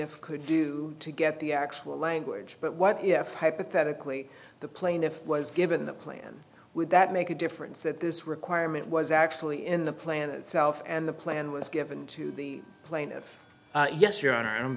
plaintiff could do to get the actual language but what if hypothetically the plaintiff was given the plan would that make a difference that this requirement was actually in the plan itself and the plan was given to the plaintiff yes your honor i'm